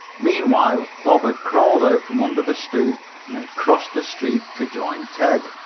meanwhile bob had crawled out from under the stoop and had crossed the street to join ted.